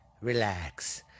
relax